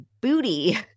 booty